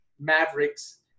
Mavericks